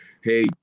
Hey